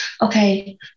okay